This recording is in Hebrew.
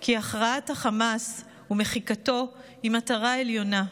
כי הכרעת החמאס ומחיקתו הן מטרה עליונה,